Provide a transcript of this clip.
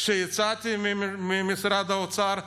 כשיצאתי ממשרד האוצר,